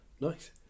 Nice